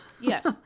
Yes